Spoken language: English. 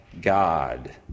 God